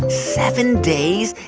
seven days,